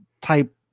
type